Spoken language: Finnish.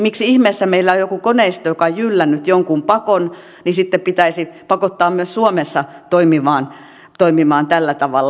miksi ihmeessä jos meillä on joku koneisto joka on jyllännyt jonkun pakon sitten pitäisi pakottaa myös suomessa toimimaan tällä tavalla